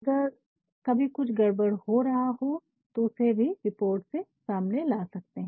तो अगर कभी कुछ गड़बड़ हो रहा हो तो उसे भी रिपोर्ट से सामने ला सकते है